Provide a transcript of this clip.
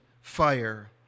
fire